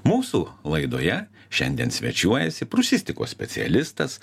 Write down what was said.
mūsų laidoje šiandien svečiuojasi prūsistikos specialistas